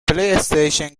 playstation